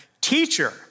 Teacher